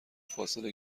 فاصله